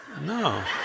No